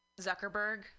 Zuckerberg